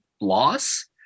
loss